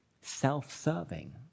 self-serving